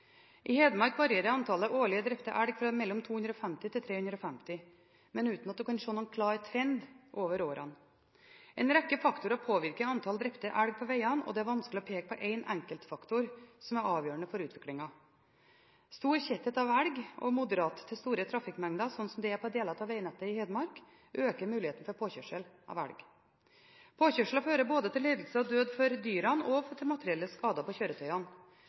I Hedmark varierer antallet årlig drepte elg mellom 250 og 350, men uten at en kan se noen klar trend over årene. En rekke faktorer påvirker antallet drepte elg på vegene, og det er vanskelig å peke på én enkeltfaktor som er avgjørende for utviklingen. Stor tetthet av elg og moderate til store trafikkmengder, slik det er på deler av vegnettet i Hedmark, øker muligheten for påkjørsel av elg. Påkjørsler fører både til lidelse og død for dyrene og til materielle skader på